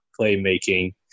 playmaking